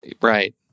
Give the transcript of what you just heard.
Right